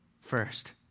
first